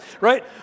right